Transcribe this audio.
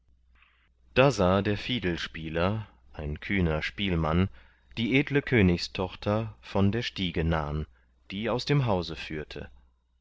da sah der fiedelspieler ein kühner spielmann die edle königstochter von der stiege nahn die aus dem hause führte